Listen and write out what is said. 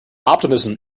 optimism